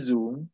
Zoom